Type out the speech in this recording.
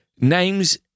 names